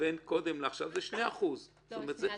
בין קודם לעכשיו זה 2%. אדוני,